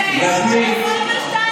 אדוני היושב-ראש,